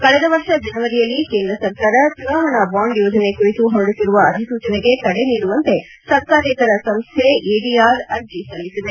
ಕಳೆದ ವರ್ಷ ಜನವರಿಯಲ್ಲಿ ಕೇಂದ ಸರ್ಕಾರ ಚುನಾವಣಾ ಬಾಂಡ್ ಯೋಜನೆ ಕುರಿತು ಹೊರಡಿಸಿರುವ ಅಧಿಸೂಚನೆಗೆ ತಡೆ ನೀಡುವಂತೆ ಸರ್ಕಾರೇತರ ಸಂಸ್ಲೆ ಎಡಿಆರ್ ಅರ್ಜಿ ಸಲ್ಲಿಸಿದೆ